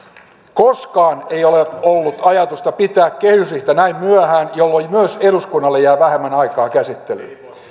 koskaan ei ole ollut ajatusta pitää kehysriihtä näin myöhään jolloin myös eduskunnalle jää vähemmän aikaa käsittelyyn